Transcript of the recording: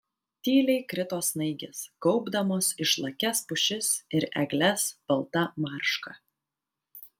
tyliai krito snaigės gaubdamos išlakias pušis ir egles balta marška